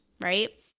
right